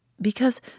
Because